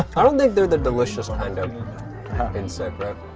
i don't think they're the delicious kind of insect, bro.